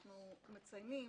אנחנו אחרי הקריאה הראשונה,